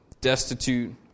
destitute